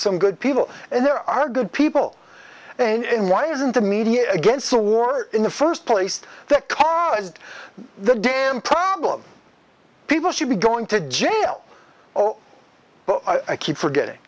some good people and there are good people and why isn't the media against the war in the first place that caused the damn problem people should be going to jail oh but i keep forgetting